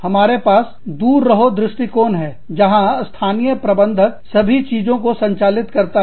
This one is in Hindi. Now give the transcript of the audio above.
हमारे पास दूर रहो दृष्टिकोण है जहां स्थानीय प्रबंधक सभी चीजों को संचालित करता है